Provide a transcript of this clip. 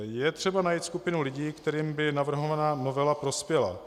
Je třeba najít skupinu lidí, kterým by navrhovaná novela prospěla.